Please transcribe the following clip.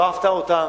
לא אהבת אותן.